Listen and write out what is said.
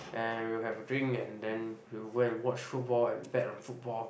and we'll have a drink and then we will go and watch football and bet on football